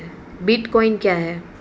Bitcoin क्या है?